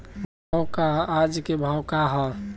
जौ क आज के भाव का ह?